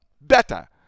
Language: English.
better